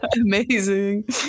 amazing